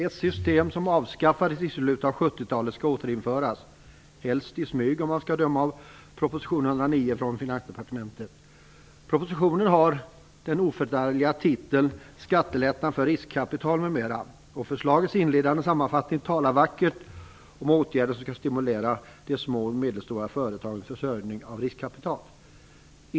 Ett system som avskaffades i slutet av 70-talet ska återinföras. Helst i smyg, om man ska döma av proposition Propositionen har den oförargliga titeln ́Skattelättnad för riskkapital m.m. ́ Förslagets inledande sammanfattning talar vackert om åtgärder som skall stimulera de små och medelstora företagens försörjning av riskkapital.